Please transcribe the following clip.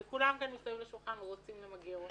וכולם כאן מסביב לשולחן רוצים למגר ואותה,